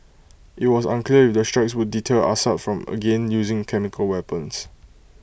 IT was unclear if the strikes will deter Assad from again using chemical weapons